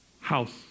house